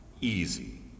easy